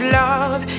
love